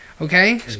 Okay